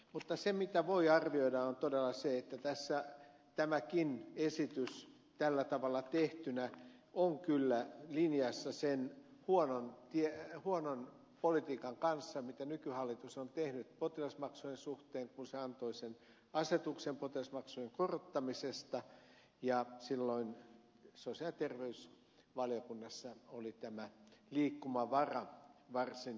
mutta se mitä voi arvioida on todella se että tämäkin esitys tällä tavalla tehtynä on kyllä linjassa sen huonon politiikan kanssa mitä nykyhallitus on tehnyt potilasmaksujen suhteen kun se antoi sen asetuksen potilasmaksujen korottamisesta ja silloin sosiaali ja terveysvaliokunnassa oli tämä liikkumavara varsin kapea ja vähäinen